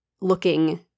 looking